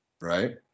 Right